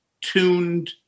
tuned